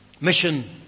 Mission